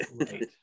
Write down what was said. Right